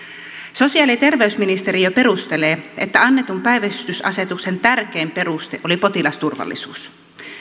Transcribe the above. sosiaali ja terveysministeriö perustelee että annetun päivystysasetuksen tärkein peruste oli potilasturvallisuus